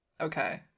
Okay